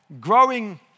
Growing